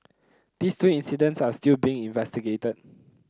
these two incidents are still being investigated